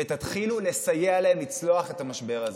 ותתחילו לסייע להם לצלוח את המשבר הזה.